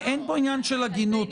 אין פה עניין של הגינות.